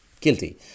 guilty